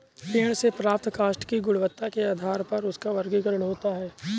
पेड़ से प्राप्त काष्ठ की गुणवत्ता के आधार पर उसका वर्गीकरण होता है